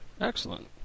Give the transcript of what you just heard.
Excellent